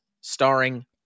starring